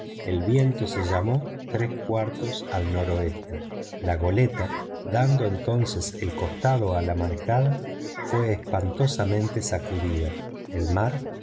el viento se llamó a tres cuartos al noroeste la goleta dando entoces el costado a la marejada fue espantosamente sacudida el mar